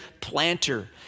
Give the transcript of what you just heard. Planter